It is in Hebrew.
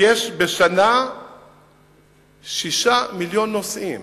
יש בשנה 6 מיליוני נוסעים.